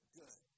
good